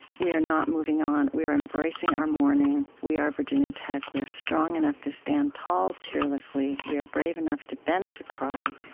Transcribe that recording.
we are not moving on. we are embracing our mourning. we are virginia tech. we are strong enough to stand tall tearlessly. we are brave enough to bend to cry,